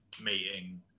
meeting